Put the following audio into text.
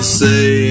say